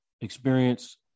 experience –